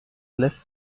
left